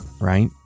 right